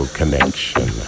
connection